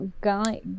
guy